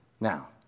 now